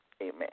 Amen